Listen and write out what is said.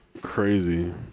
Crazy